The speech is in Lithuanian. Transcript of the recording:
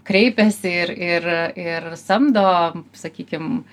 kreipiasi ir ir ir samdo sakykim